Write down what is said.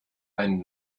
ein